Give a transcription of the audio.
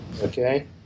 Okay